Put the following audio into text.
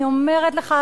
אני אומרת לך,